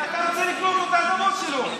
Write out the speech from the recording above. כי אתה רוצה לגזול את האדמות שלו,